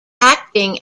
acting